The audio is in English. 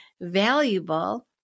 valuable